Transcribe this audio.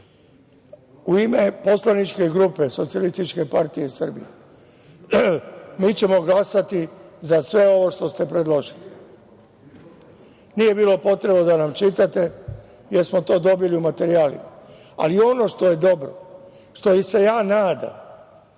U ime poslaničke grupe SPS mi ćemo glasati za sve ovo što ste predložili. Nije bilo potrebno da nam čitate, jer smo to dobili u materijalima, ali ono što je dobro, što se ja nadam